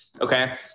okay